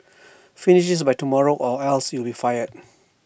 finish this by tomorrow or else you'll be fired